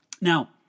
Now